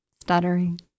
stuttering